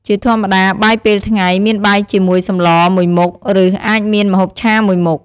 ជាធម្មតាបាយពេលថ្ងៃ មានបាយជាមួយសម្លរមួយមុខ ឬ អាចមានម្ហូបឆាមួយមុខ។